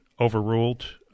overruled